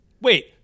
Wait